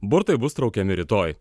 burtai bus traukiami rytoj